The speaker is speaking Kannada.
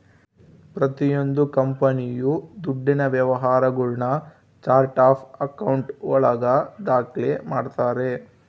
ಪ್ರತಿಯೊಂದು ಕಂಪನಿಯು ದುಡ್ಡಿನ ವ್ಯವಹಾರಗುಳ್ನ ಚಾರ್ಟ್ ಆಫ್ ಆಕೌಂಟ್ ಒಳಗ ದಾಖ್ಲೆ ಮಾಡ್ತಾರೆ